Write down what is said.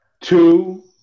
two